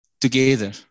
together